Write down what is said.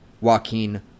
Joaquin